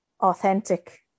authentic